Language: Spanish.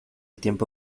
tiempo